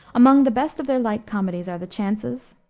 among the best of their light comedies are the chances,